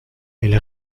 elle